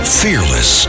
fearless